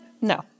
no